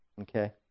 Okay